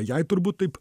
jei turbūt taip